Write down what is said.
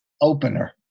opener